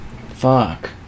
fuck